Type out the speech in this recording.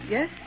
Yes